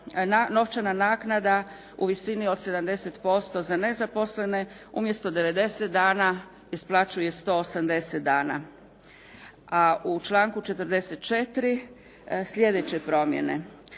novčana naknada u visini od 70% za nezaposlene umjesto 90 dana isplaćuje 180 dana. A u članku 44. sljedeće promjene: